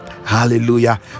hallelujah